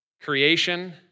Creation